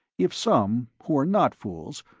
if some, who are not fools,